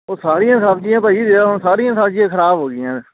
ਉਹ ਸਾਰੀਆਂ ਸਬਜ਼ੀਆਂ ਭਾਅ ਜੀ ਸਾਰੀਆਂ ਸਬਜ਼ੀਆਂ ਖਰਾਬ ਹੋ ਗਈਆਂ